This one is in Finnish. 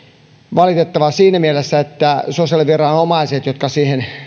valitettavaa siinä mielessä että sosiaaliviranomaiset jotka siihen